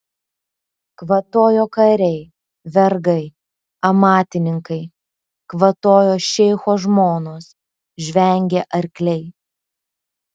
kvatojo kariai vergai amatininkai kvatojo šeicho žmonos žvengė arkliai